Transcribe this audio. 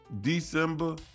December